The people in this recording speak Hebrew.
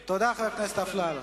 תודה, חבר הכנסת אפללו.